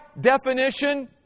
definition